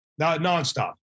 nonstop